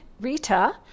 Rita